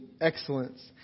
Excellence